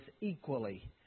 equally